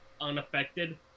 unaffected